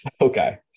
Okay